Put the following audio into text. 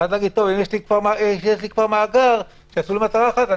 ולומר: נשתמש בו גם למטרה אחרת.